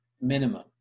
minimum